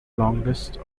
longest